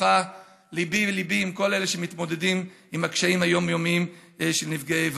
ליבי עם כל אלה שמתמודדים עם הקשיים היומיומיים של נפגעי איבה.